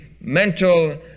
mental